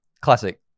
classic